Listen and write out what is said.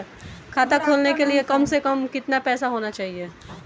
खाता खोलने के लिए कम से कम कितना पैसा होना चाहिए?